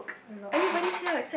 a lot of years